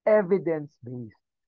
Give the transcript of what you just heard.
evidence-based